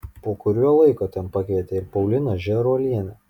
po kurio laiko ten pakvietė ir pauliną žėruolienę